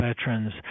veterans